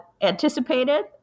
anticipated